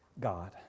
God